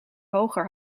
hoger